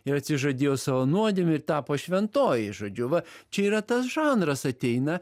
ir atsižadėjo savo nuodėmių ir tapo šventoji žodžiu va čia yra tas žanras ateina